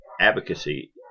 advocacy